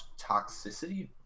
toxicity